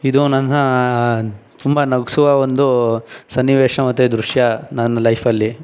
ಇದು ನನ್ನ ತುಂಬ ನಗಿಸುವ ಒಂದು ಸನ್ನಿವೇಶ ಮತ್ತೆ ದೃಶ್ಯ ನನ್ನ ಲೈಫಲ್ಲಿ